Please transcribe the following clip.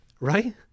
right